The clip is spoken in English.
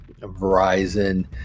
Verizon